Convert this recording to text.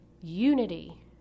unity